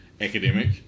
academic